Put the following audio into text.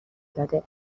داده